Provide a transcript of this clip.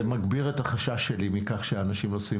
זה מגביר את החשש שלי מכך שאנשים נוסעים